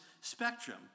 spectrum